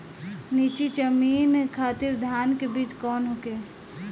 नीची जमीन खातिर धान के बीज कौन होखे?